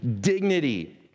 dignity